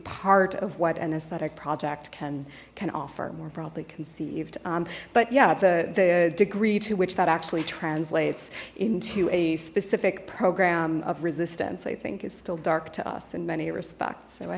part of what an aesthetic project can and offer more probably conceived but yeah the the degree to which that actually translates into a specific program of resistance i think is still dark to us in many respects so i